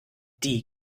die